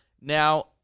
Now